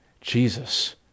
Jesus